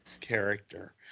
character